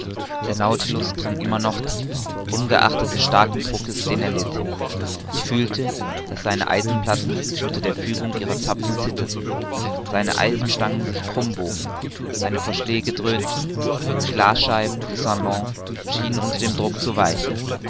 der nautilus drang immer noch tiefer ungeachtet des starken druckes den er litt ich fühlte daß seine eisenplatten unter der fügung ihrer zapfen zitterten seine eisenstangen sich krumm bogen seine verschläge dröhnten die glasscheiben des salons schienen unter dem druck zu weichen